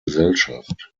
gesellschaft